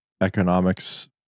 economics